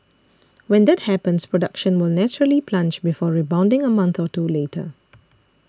when that happens production will naturally plunge before rebounding a month or two later